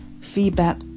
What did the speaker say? feedback